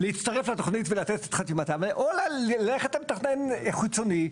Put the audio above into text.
להצטרף לתוכנית ולתת את חתימתם או ללכת למתכנן חיצוני,